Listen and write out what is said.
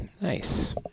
Nice